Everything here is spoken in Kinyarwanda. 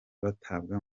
batabwa